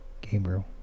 Gabriel